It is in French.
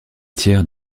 tiers